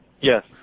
Yes